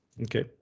Okay